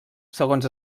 segons